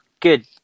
good